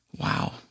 wow